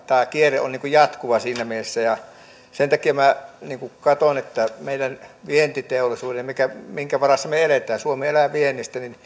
tämä kierre on jatkuva siinä mielessä sen takia katson että meidän vientiteollisuuden kannalta minkä varassa me elämme suomi elää viennistä